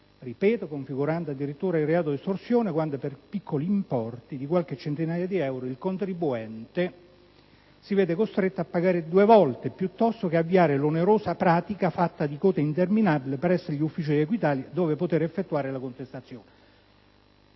ripeto - configurando addirittura il reato di estorsione quando per piccoli importi di qualche centinaio di euro il contribuente si vede costretto a pagare due volte, piuttosto che avviare l'onerosa pratica fatta di code interminabili presso gli uffici di Equitalia dove poter effettuare la contestazione.